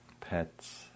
Pets